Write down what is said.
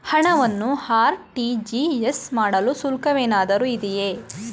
ಹಣವನ್ನು ಆರ್.ಟಿ.ಜಿ.ಎಸ್ ಮಾಡಲು ಶುಲ್ಕವೇನಾದರೂ ಇದೆಯೇ?